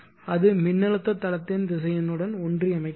அது மின்னழுத்த தளத்தின் திசையனுடன் ஒன்றி அமைக்கப்படும்